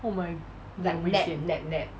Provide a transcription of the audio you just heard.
oh my 很危险